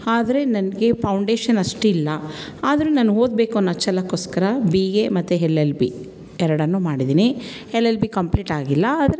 ಆದರೆ ನನಗೆ ಪೌಂಡೇಶನ್ ಅಷ್ಟಿಲ್ಲ ಆದರೆ ನಾನು ಓದಬೇಕೆನ್ನೋ ಛಲಕ್ಕೋಸ್ಕರ ಬಿ ಎ ಮತ್ತು ಹೆಲ್ ಎಲ್ ಬಿ ಎರಡನ್ನೂ ಮಾಡಿದ್ದೀನಿ ಎಲ್ ಎಲ್ ಬಿ ಕಂಪ್ಲೀಟಾಗಿಲ್ಲ ಆದರೆ ನಾನು